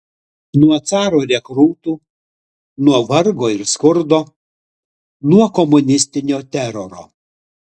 nuo caro rekrūtų nuo vargo ir skurdo nuo komunistinio teroro